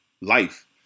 life